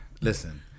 listen